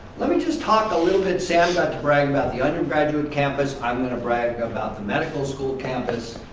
let me just talk a little bit sam got to brag about the undergraduate campus i'm going to brag about the medical school campus.